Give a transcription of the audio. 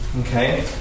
Okay